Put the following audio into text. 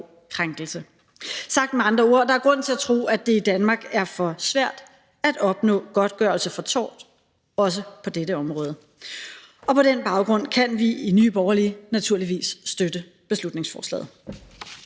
krænkelse. Sagt med andre ord er der grund til at tro, at det i Danmark er for svært at opnå godtgørelse for tort, også på dette område. På den baggrund kan vi i Nye Borgerlige naturligvis støtte beslutningsforslaget.